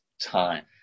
time